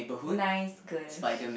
nice girl